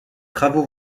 travaux